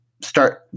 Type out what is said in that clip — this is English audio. start